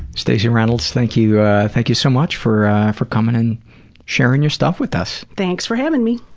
stacey reynolds, thank you ah thank you so much for for coming and sharing your stuff with us. thanks for having me.